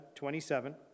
27